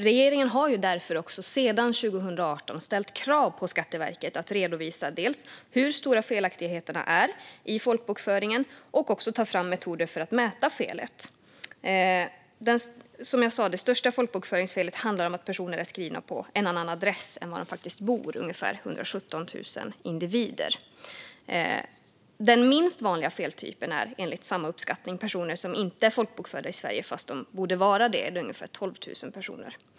Regeringen har därför sedan 2018 ställt krav på Skatteverket att dels redovisa hur stora felaktigheterna i folkbokföringen är, dels ta fram metoder för att mäta felet. Som jag sa handlar det största folkbokföringsfelet om att personer är skrivna på en annan adress än den där de faktiskt bor - ungefär 117 000 individer. Den minst vanliga feltypen gäller, enligt samma uppskattning, personer som inte är folkbokförda i Sverige fast de borde vara det; det är ungefär 12 000 personer.